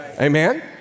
Amen